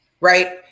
right